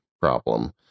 problem